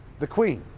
the queen.